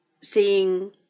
seeing